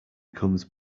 comes